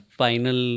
final